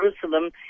Jerusalem